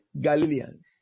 Galileans